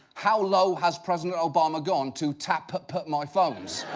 how low has president obama gone to tap-p my phones?